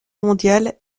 mondiale